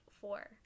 four